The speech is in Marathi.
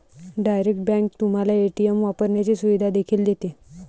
डायरेक्ट बँक तुम्हाला ए.टी.एम वापरण्याची सुविधा देखील देते